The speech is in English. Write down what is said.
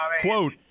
quote